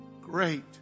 Great